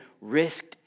risked